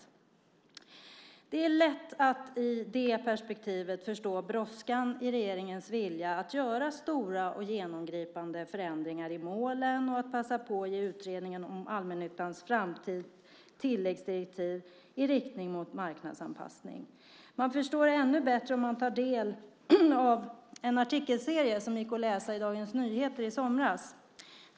I det perspektivet är det lätt att förstå brådskan i regeringens vilja att göra stora och genomgripande förändringar i målen och att passa på att ge utredningen om allmännyttans framtid tilläggsdirektiv i riktning mot marknadsanpassning. Man förstår det ännu bättre om man tar del av en artikelserie som fanns att läsa i Dagens Nyheter i somras.